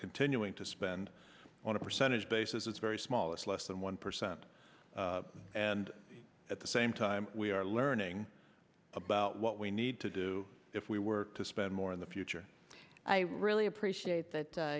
continuing to spend on a percentage basis it's very small it's less than one percent and at the same time we are learning about what we need to do if we were to spend more in the future i really appreciate that